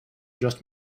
just